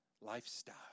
lifestyle